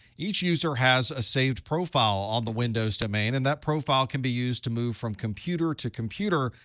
each user has a saved profile on the windows domain. and that profile can be used to move from computer to computer.